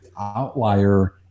outlier